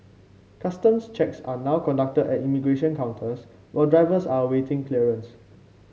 customs checks are now conducted at immigration counters while drivers are awaiting clearance